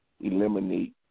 eliminate